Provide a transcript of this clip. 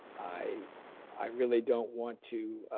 i i really don't want to,